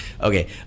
okay